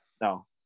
no